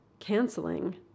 Canceling